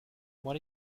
what